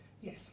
Yes